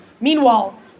Meanwhile